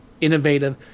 innovative